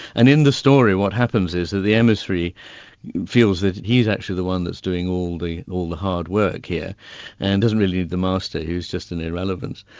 and in the story what happens is that the emissary feels that he's actually the one who is doing all the all the hard work here and doesn't really need the master, who's just an irrelevance,